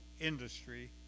industry